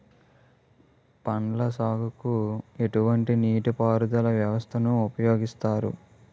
పండ్ల సాగుకు ఎటువంటి నీటి పారుదల వ్యవస్థను ఉపయోగిస్తారు?